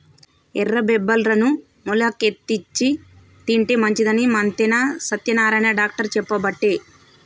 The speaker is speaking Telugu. ఎర్ర బబ్బెర్లను మొలికెత్తిచ్చి తింటే మంచిదని మంతెన సత్యనారాయణ డాక్టర్ చెప్పబట్టే